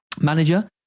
manager